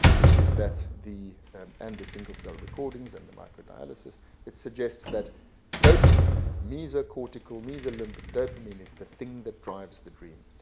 which is that the and and the single-cell recordings, and the microdialysis it suggests that dopamine mesocortical, mesolimbic dopamine is the thing that drives the dream.